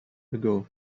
ago